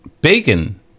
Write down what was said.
bacon